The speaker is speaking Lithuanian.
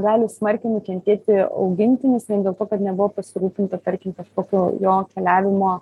gali smarkiai nukentėti augintinis vien dėl to kad nebuvo pasirūpinta tarkim kažkokiu jo keliavimo